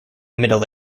middle